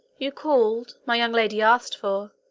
you called, my young lady asked for,